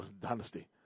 dynasty